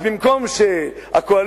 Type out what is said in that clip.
אז במקום שהקואליציה,